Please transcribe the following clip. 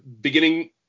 beginning